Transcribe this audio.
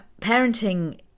parenting